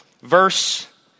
Verse